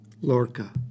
Lorca